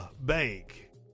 Bank